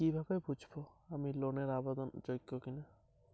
কীভাবে বুঝব আমি লোন এর আবেদন যোগ্য কিনা?